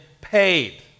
paid